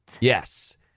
Yes